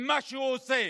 עם מה שהוא עושה